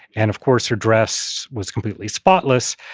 and, of course, her dress was completely spotless.